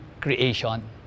creation